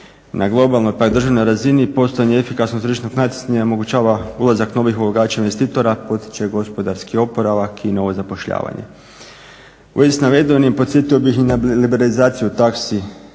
Na globalnoj pa i državnoj razini postojanje efikasnog tržišnog natjecanja omogućava ulazak novih ulagača i investitora, potiče gospodarski oporavak i novo zapošljavanje. U vezi s navedenim podsjetio bih i na liberalizaciju taksi